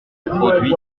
produit